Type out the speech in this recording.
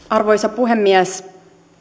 arvoisa puhemies